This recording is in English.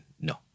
no